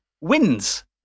wins